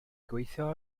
gweithio